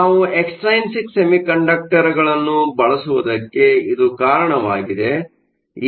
ಆದ್ದರಿಂದ ನಾವು ಎಕ್ಸ್ಟ್ರೈನ್ಸಿಕ್ ಸೆಮಿಕಂಡಕ್ಟರ್ಗಳನ್ನು ಬಳಸುವುದಕ್ಕೆ ಇದು ಕಾರಣವಾಗಿದೆ